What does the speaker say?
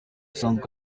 isanzwe